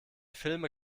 filme